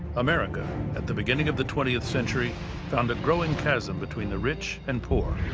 america at the beginning of the twentieth century found a growing chasm between the rich and poor.